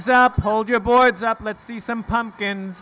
times up hold your boards up let's see some pumpkin